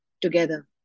together